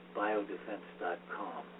biodefense.com